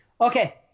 Okay